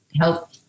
help